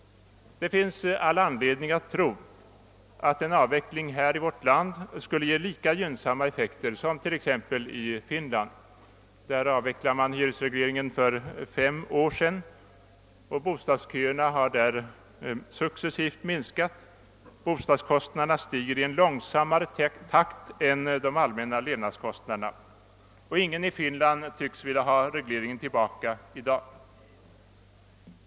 Det finns all anledning att tro att en avveckling i vårt land skulle kunna ge lika gynnsamma effekter som t.ex. i Finland. Där avvecklades hyresregleringen för fem år sedan och bostadsköerna har successivt minskat. Bostadskostnaderna stiger långsammare än de allmänna levnadskostnaderna. Ingen i Finland tycks vilja ha hyresregleringen tillbaka.